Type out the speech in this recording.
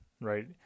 right